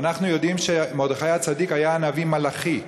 ואנחנו יודעים שמרדכי הצדיק היה הנביא מלאכי.